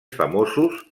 famosos